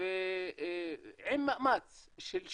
עם מאמץ של שייח'ים,